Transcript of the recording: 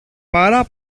παρά